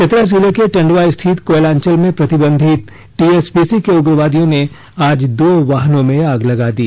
चतरा जिले के टंडवा स्थित कोयलांचल में प्रतिबंधित टीएसपीसी के उग्रवादियों ने आज दो वाहनों में आग लगा दी